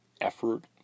effort